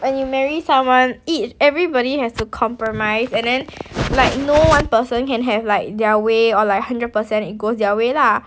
when you marry someone each everybody has to compromise and then like no one person can have like their way or like hundred percent it goes their way lah